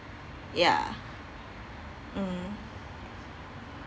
ya mm